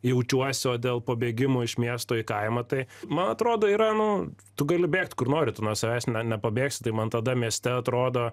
jaučiuosi o dėl pabėgimo iš miesto į kaimą tai man atrodo yra nu tu gali bėgt kur nori tu nuo savęs nepabėgsi tai man tada mieste atrodo